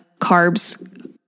carbs